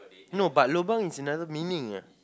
no but lobang is another meaning ah